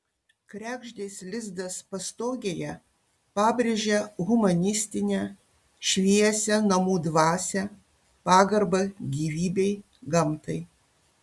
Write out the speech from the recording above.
kregždės lizdas pastogėje pabrėžia humanistinę šviesią namų dvasią pagarbą gyvybei gamtai